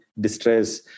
distress